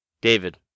David